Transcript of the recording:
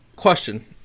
Question